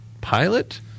pilot